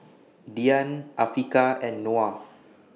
Dian Afiqah and Noah